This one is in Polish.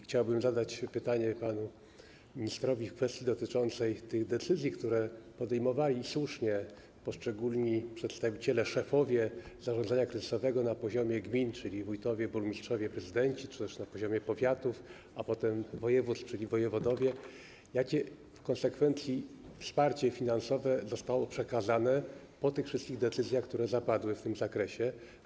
Chciałbym zadać pytanie panu ministrowi w kwestii dotyczącej tych decyzji, które podejmowali, i słusznie, poszczególni przedstawiciele, szefowie zarządzania kryzysowego na poziomie gmin, czyli wójtowie, burmistrzowie, prezydenci, czy też na poziomie powiatów, a potem województw, czyli wojewodowie, jakie w konsekwencji wsparcie finansowe zostało przekazane po tych wszystkich decyzjach, które zapadły w tym zakresie.